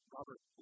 Robert